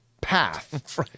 path